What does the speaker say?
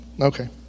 Okay